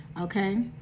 Okay